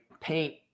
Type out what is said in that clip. paint